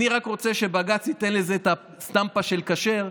אני רק רוצה שבג"ץ ייתן לזה את הסטמפה של כשר,